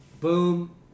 boom